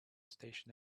station